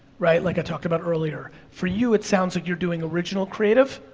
right, like i talked about earlier. for you, it sounds like you're doing original creative,